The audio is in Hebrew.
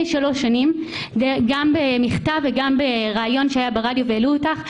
שלוש שנים גם במכתב וגם בריאיון ברדיו והעלו אותך,